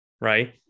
right